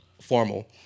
formal